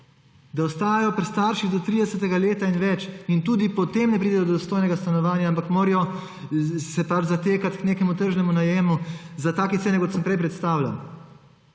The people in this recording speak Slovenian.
Da ostajajo pri starših do 30. leta in več in tudi potem ne pridejo do dostojnega stanovanja, ampak se morajo zatekati k nekemu tržnemu najemu za take cene, kot sem prej prestavljal.